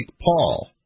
Paul